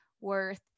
worth